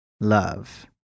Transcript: love